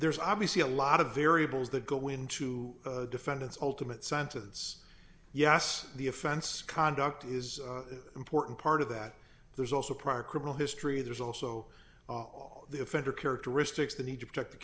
there's obviously a lot of variables that go into defendant's ultimate sentence yes the offense conduct is important part of that there's also prior criminal history there's also all the offender characteristics that need to protect the